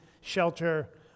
shelter